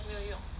没有用